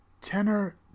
tenor